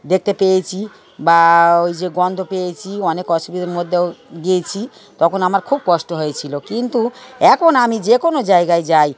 দেখতে পেয়েছি বা ওই যে গন্ধ পেয়েছি অনেক অসুবিধার মধ্যেও গিয়েছি তখন আমার খুব কষ্ট হয়েছিল কিন্তু এখন আমি যে কোনো জায়গায় যাই